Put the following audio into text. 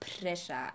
pressure